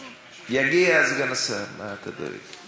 יגיע סגן השר, מה אתה דואג?